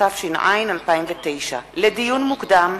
התש”ע 2009. לדיון מוקדם: